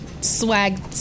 swag